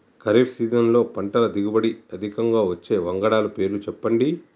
ఖరీఫ్ సీజన్లో పంటల దిగుబడి అధికంగా వచ్చే వంగడాల పేర్లు చెప్పండి?